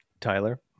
tyler